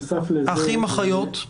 אחים ואחיות?